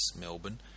Melbourne